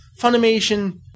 Funimation